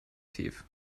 tief